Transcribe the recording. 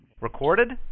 Recorded